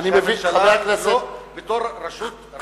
שממשלה בתור רשות מבצעת,